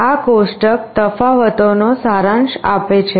આ કોષ્ટક તફાવતોનો સારાંશ આપે છે